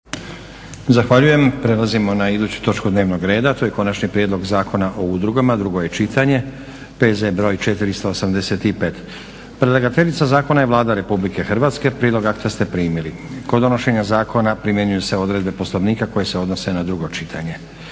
(SDP)** Prelazimo na iduću točku dnevnog reda. To je - Konačni prijedlog Zakona o udrugama, drugo čitanje, P.Z. br. 485 Predlagateljica zakona je Vlada Republike Hrvatske. Prijedlog akta ste primili. Kod donošenja zakona primjenjuju se odredbe Poslovnika koje se odnose na drugo čitanje.